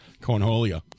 cornholia